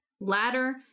ladder